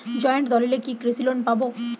Joint দলিলে কি কৃষি লোন পাব?